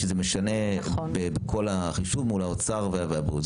שזה משנה בכל החישוב מול האוצר והבריאות.